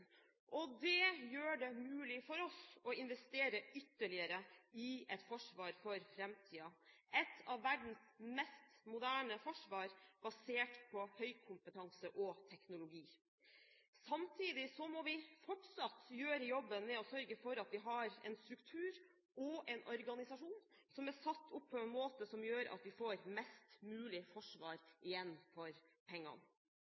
økonomien. Det gjør det mulig for oss å investere ytterligere i et forsvar for framtiden, et av verdens mest moderne forsvar, basert på høy kompetanse og teknologi. Samtidig må vi fortsatt gjøre jobben med å sørge for at vi har en struktur og en organisasjon som er satt opp på en måte som gjør at vi får mest mulig forsvar igjen for pengene.